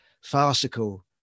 farcical